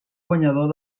guanyador